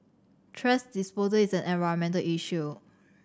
thrash disposal is an environmental issue